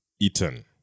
eaten